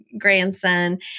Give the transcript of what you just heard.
grandson